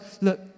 look